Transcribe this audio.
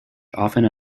often